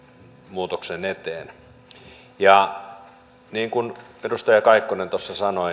muutoksen eteen ja niin kuin edustaja kaikkonen tuossa sanoi